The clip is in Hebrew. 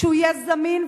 שהוא יהיה זמין,